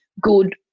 good